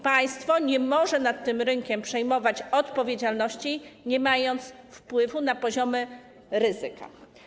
Państwo nie może nad tym rynkiem przejmować odpowiedzialności, nie mając wpływu na poziom ryzyka.